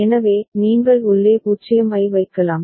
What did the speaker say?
எனவே நீங்கள் உள்ளே 0 ஐ வைக்கலாம்